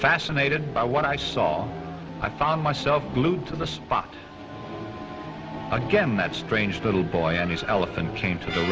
fascinated by what i saw i found myself glued to the spot again that strange the little boy and his elephant chained to the